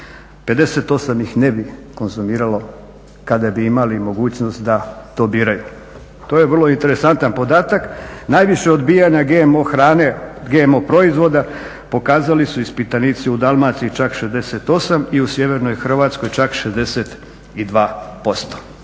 58 ih ne bi konzumiralo kada bi imali mogućnost da to biraju. To je vrlo interesantan podatak. Najviše odbijanja GMO hrane, GMO proizvoda pokazali su ispitanici u Dalmaciji, čak 68 i u sjevernoj Hrvatskoj čak 62%.